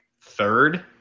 third